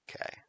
Okay